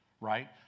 right